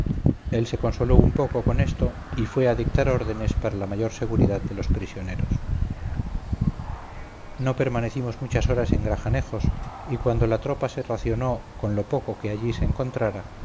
él se consoló un poco con esto y fue a dictar órdenes para la mayor seguridad de los prisioneros no permanecimos muchas horas en grajanejos y cuando la tropa se racionó con lo poco que allí se encontrara